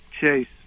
chase